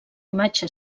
imatge